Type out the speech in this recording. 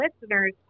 listeners